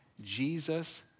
Jesus